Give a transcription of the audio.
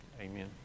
amen